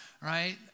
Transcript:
right